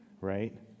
right